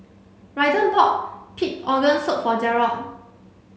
Raiden bought pig organ soup for Jerrod